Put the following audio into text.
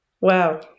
wow